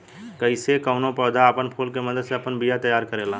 कइसे कौनो पौधा आपन फूल के मदद से आपन बिया तैयार करेला